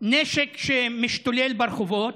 נשק שמשתולל ברחובות,